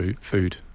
food